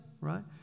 right